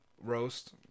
roast